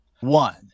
One